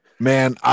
Man